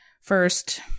First